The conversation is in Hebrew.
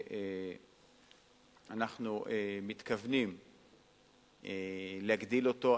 אנחנו מתכוונים להגדיל אותו.